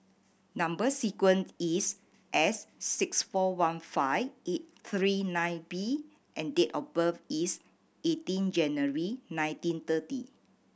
number sequence is S six four one five eight three nine B and date of birth is eighteen January nineteen thirty